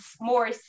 more